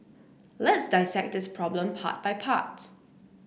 let's dissect this problem part by part